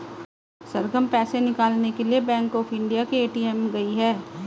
सरगम पैसे निकालने bank of India के ए.टी.एम गई है